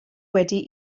wedi